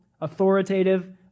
authoritative